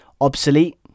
obsolete